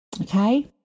okay